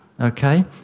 okay